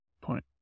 Point